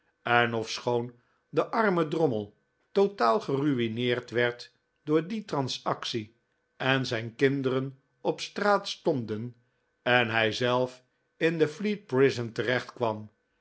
en ofschoon de arme drommel totaal gerui'neerd werd door die transactie en zijn kinderen op straat stonden en hijzelf in de fleet prison terechtkwam